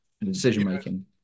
decision-making